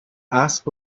asked